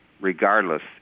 regardless